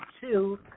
two